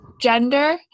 gender